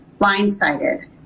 blindsided